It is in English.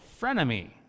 frenemy